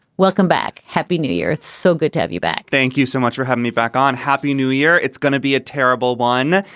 welcome back. happy new year. it's so good to have you back thank you so much for having back on. happy new year. it's going to be a terrible one.